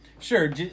Sure